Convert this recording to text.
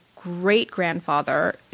great-grandfather